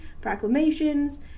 proclamations